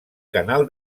canal